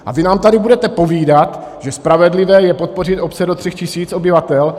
A vy nám tady budete povídat, že spravedlivé je podpořit obce do 3 tisíc obyvatel.